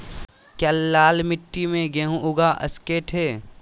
क्या लाल मिट्टी में गेंहु उगा स्केट है?